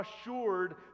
assured